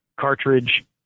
cartridge